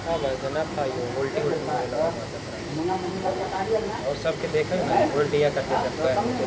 बैंकक आपातकालीन हेल्पलाइन पर सेहो फोन कैर के कार्ड ब्लॉक कराएल जा सकै छै